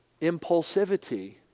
impulsivity